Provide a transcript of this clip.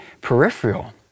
peripheral